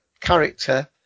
character